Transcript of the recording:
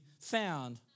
found